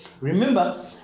Remember